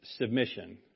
submission